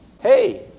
Hey